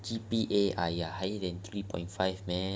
G_P_A !aiya! higher than three point five man